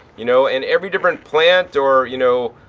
you know. and every different plant or, you know,